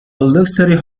luxury